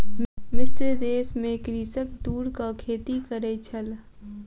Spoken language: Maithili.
मिस्र देश में कृषक तूरक खेती करै छल